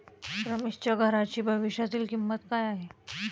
रमेशच्या घराची भविष्यातील किंमत काय आहे?